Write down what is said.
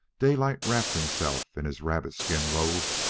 daylight wrapped himself in his rabbit-skin robe,